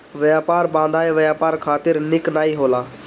व्यापार बाधाएँ व्यापार खातिर निक नाइ होला